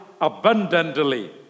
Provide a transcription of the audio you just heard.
abundantly